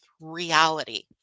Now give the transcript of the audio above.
reality